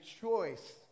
choice